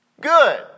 Good